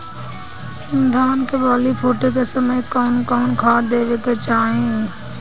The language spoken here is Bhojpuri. धान के बाली फुटे के समय कउन कउन खाद देवे के चाही?